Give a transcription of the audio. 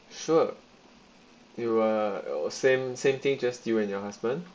sure you are same same thing just you and your husband